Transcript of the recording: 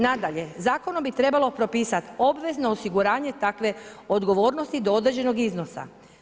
Nadalje zakonom bi trebalo propisat obvezno osiguranje takve odgovornosti do određenog iznosa.